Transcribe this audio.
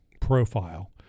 profile